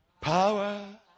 power